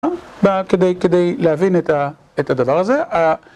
וכדי להבין את הדבר הזה